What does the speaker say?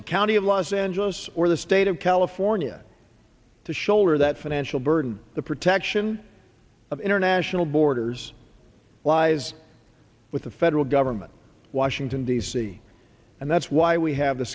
the county of los angeles or the state of california to shoulder that financial burden the protection of international borders lies with the federal government washington d c and that's why we have th